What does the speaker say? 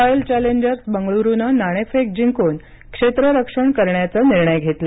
royal Challengers बंगळूरूनं नाणेफेक जिंकून प्रथम क्षेत्ररक्षण करण्याचा निर्णय घेतला